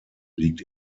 liegt